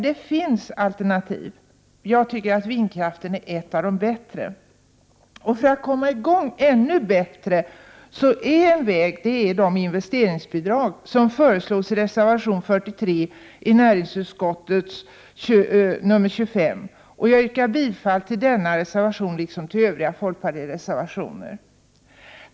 Det finns alternativ, och jag anser att vindkraften är ett av de bästa. En väg för att ännu bättre komma i gång är de investeringsbidrag som föreslås i reservation nr 43 till näringsutskottets betänkande 25. Jag yrkar bifall till denna reservation liksom till övriga reservationer som folkpartiet står bakom.